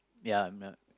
ya my